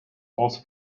also